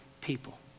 people